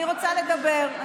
אני רוצה לדבר.